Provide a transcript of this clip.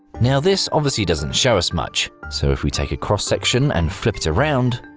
now this obviously doesn't show us much, so if we take a cross section and flip it around.